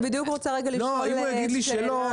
אני בדיוק רוצה לשאול שאלה אם הוא יגיד לי שלא,